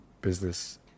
business